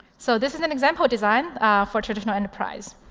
so this is an example design for a traditional enterprise.